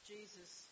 Jesus